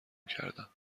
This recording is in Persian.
کردم